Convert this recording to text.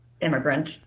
immigrant